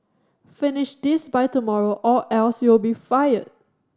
finish this by tomorrow or else you'll be fired